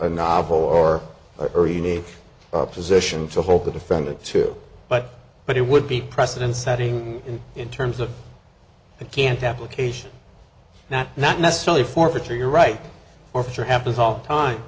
a novel or or a unique position to hold the defendant to but but it would be precedent setting in in terms of a can't application not not necessarily forfeiture you're right or for sure happens all the time